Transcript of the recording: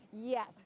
Yes